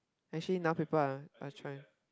actually now people are are trying